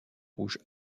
rouge